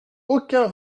aucun